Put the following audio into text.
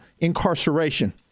incarceration